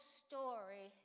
story